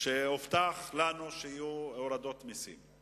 הובטח לנו שיהיו הורדות מסים,